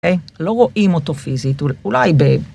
אה, לא רואים אותו פיזית, אולי ב...